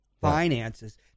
finances